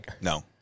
No